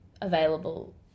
available